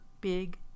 big